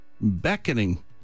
beckoning